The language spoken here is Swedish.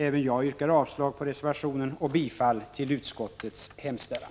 Även jag yrkar avslag på reservationen och bifall till utskottets hemställan.